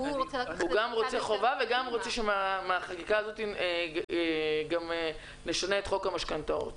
הוא גם רוצה חובה וגם רוצה שמהחקיקה הזאת גם נשנה את חוק המשכנתאות.